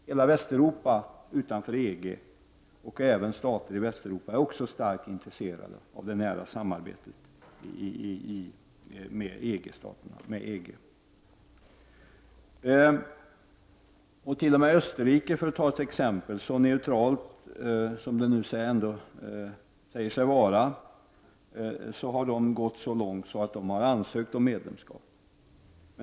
Hela Västeuropa utanför EG är starkt intresserat av det nära samarbetet med EG. Det är viktigt att understryka det. T.o.m. Österrike, som vill framstå som så neutralt, har gått så långt att det ansökt om medlemskap.